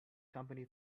company